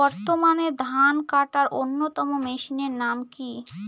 বর্তমানে ধান কাটার অন্যতম মেশিনের নাম কি?